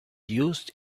used